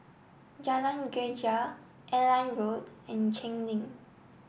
Jalan Greja Airline Road and Cheng Lim